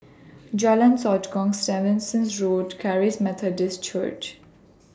Jalan Sotong Stevens Road Charis Methodist Church